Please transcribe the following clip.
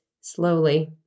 Slowly